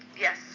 Yes